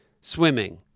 swimming